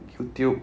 Youtube